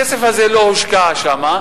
הכסף הזה לא הושקע שם.